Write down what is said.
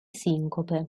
sincope